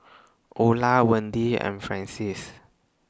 Ola Wendi and Francies